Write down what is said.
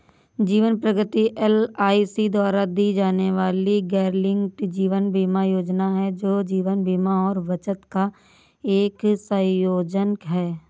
जीवन प्रगति एल.आई.सी द्वारा दी जाने वाली गैरलिंक्ड जीवन बीमा योजना है, जो जीवन बीमा और बचत का एक संयोजन है